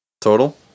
Total